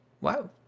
wow